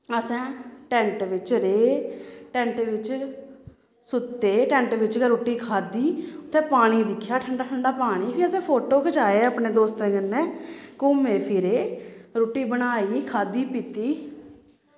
असें टैंट बिच्च रेह् टैंट बिच्च सुत्ते टैंट बिच्च गै रुट्टी खाद्धी उत्थें पानी दिक्खेआ ठंडा ठंडा पानी फ्ही असें फोटो खचाए अपने दोस्तें कन्नै घूमे फिरे रुट्टी बनाई खाद्धी पीती